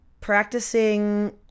practicing